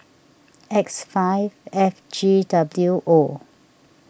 X five F G W O